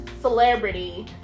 celebrity